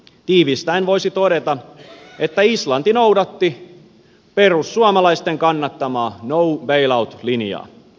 tiivistäen voisi todeta että islanti noudatti perussuomalaisten kannattamaa no bail out linjaa